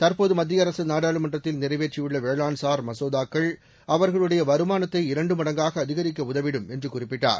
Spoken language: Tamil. தற்போது மத்திய அரசு நாடாளுமன்றத்தில் நிறைவேற்றியுள்ள வேளாண்சார் மசோதாக்கள் அவர்களுடைய வருமானத்தை இரண்டு மடங்காக அதிகரிக்க உதவிடும் என்று குறிப்பிட்டார்